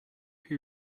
who